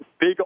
big